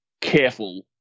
careful